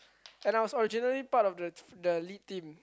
and I was originally part of the the lead team